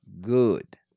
good